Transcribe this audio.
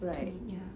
to eat ya